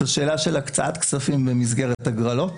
זו שאלה של הקצאת כספים במסגרת הגרלות.